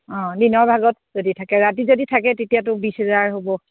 অঁ দিনৰ ভাগত যদি থাকে ৰাতি যদি থাকে তেতিয়াতো বিছ হেজাৰ হ'ব